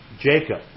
Jacob